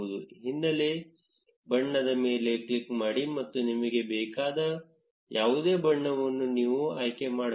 ಹಿನ್ನೆಲೆ ಬಣ್ಣದ ಮೇಲೆ ಕ್ಲಿಕ್ ಮಾಡಿ ಮತ್ತು ನಿಮಗೆ ಬೇಕಾದ ಯಾವುದೇ ಬಣ್ಣವನ್ನು ನೀವು ಆಯ್ಕೆ ಮಾಡಬಹುದು